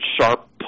sharp